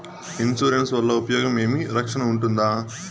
Insurance వల్ల ఉపయోగం ఏమి? రక్షణ ఉంటుందా?